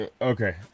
okay